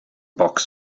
box